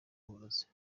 uburozi